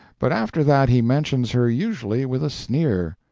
but after that he mentions her usually with a sneer.